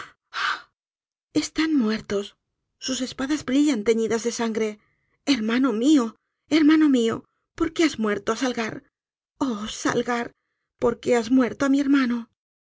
están muertos sus espadas brillan teñidas en sangre hermano mió hermano mió por qué has muerto á salgar oh salgar por qué has muerto á mi hermano